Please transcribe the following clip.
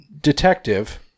detective